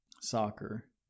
soccer